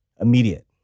immediate